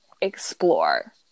explore